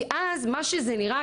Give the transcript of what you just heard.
כי אז מה שזה נראה,